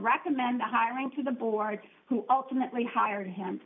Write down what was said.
recommend the hiring to the board who ultimately hire him